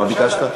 מה ביקשת?